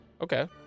Okay